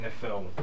nfl